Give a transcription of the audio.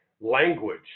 Language